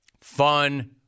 Fun